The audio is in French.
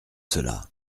cela